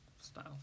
Style